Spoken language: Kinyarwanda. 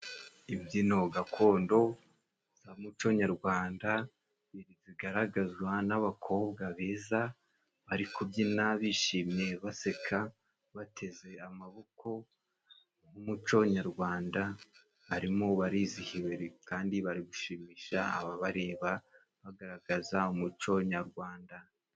Imbyino gakondo z'umuco nyarwanda zigaragazwa n'abakobwa beza bari kubyina bishimye, baseka, bateze amaboko. Mu muco nyarwanda barimo barizihiwe kandi bari gushimisha ababareba bagaragaza umuco nyarwanda.